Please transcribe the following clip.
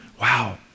Wow